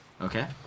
okay